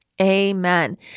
amen